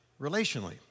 relationally